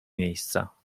miejsca